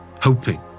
hoping